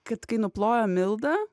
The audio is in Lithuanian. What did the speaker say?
kad kai nuplojo mildą